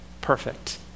perfect